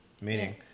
Meaning